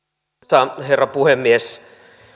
arvoisa herra puhemies